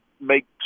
make